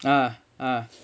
ah ah